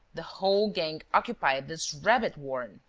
the whole gang occupied this rabbit-warren.